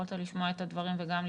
יכולת לשמוע את הדברים וגם להתייחס.